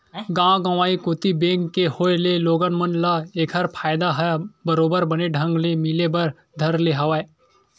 गाँव गंवई कोती बेंक के होय ले लोगन मन ल ऐखर फायदा ह बरोबर बने ढंग ले मिले बर धर ले हवय